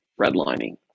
redlining